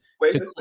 wait